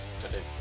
today